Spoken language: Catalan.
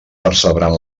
percebran